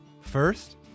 First